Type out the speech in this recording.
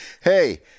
Hey